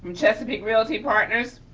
um chesapeake realty partners.